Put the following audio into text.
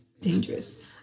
dangerous